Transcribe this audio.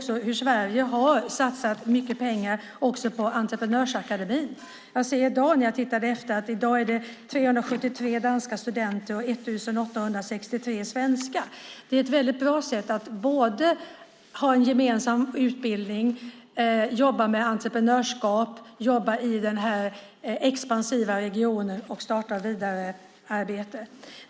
Sverige har satsat mycket pengar på Entreprenörsakademin, och jag såg att det i dag är 373 danska studenter och 1 863 svenska. Det är ett väldigt bra sätt att ha en gemensam utbildning, jobba med entreprenörskap, jobba i den här expansiva regionen och starta vidare arbete.